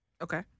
Okay